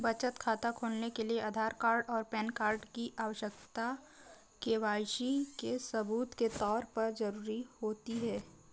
बचत खाता खोलने के लिए आधार कार्ड और पैन कार्ड की आवश्यकता के.वाई.सी के सबूत के तौर पर ज़रूरी होती है